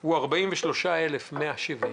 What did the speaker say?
הוא 43,170,